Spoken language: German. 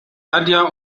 nadja